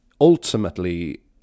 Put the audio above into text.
ultimately